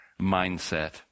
mindset